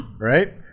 right